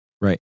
Right